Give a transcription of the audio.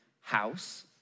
house